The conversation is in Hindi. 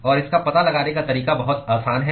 और इसका पता लगाने का तरीका बहुत आसान है